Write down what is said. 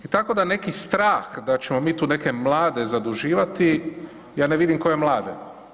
I tako neki strah da ćemo mi tu neke mlade zaduživati, ja ne vidim koje mlade.